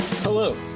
Hello